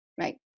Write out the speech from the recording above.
right